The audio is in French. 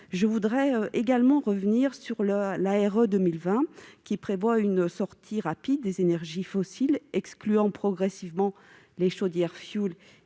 Je souhaite également revenir sur la RE 2020, laquelle prévoit une sortie rapide des énergies fossiles excluant progressivement les chaudières à